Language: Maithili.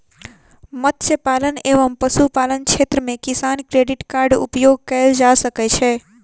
मत्स्य पालन एवं पशुपालन क्षेत्र मे किसान क्रेडिट कार्ड उपयोग कयल जा सकै छै